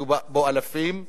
והיו בה אלפים.